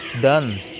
done